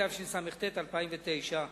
התשס"ט 2009,